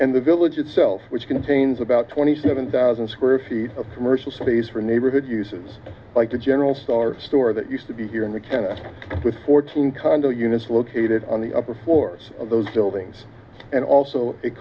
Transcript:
and the village itself which contains about twenty seven thousand square feet of commercial space for neighborhood uses like the general star store that used to be here in the kennett with fourteen condo units located on the upper floors of those buildings and also